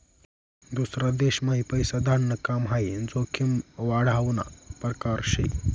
दूसरा देशम्हाई पैसा धाडाण काम हाई जोखीम वाढावना परकार शे